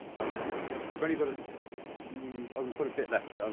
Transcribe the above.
we've only got a few oh, we've got a bit left.